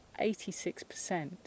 86%